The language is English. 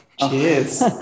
cheers